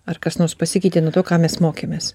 ar kas nors pasikeitė nuo to ką mes mokėmės